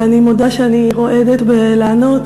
ואני מודה שאני רועדת בלענות,